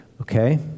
Okay